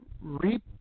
reap